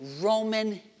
Roman